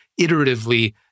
iteratively